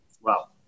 Wow